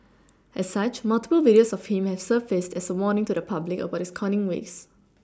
as such multiple videos of him have surfaced as a warning to the public about his conning ways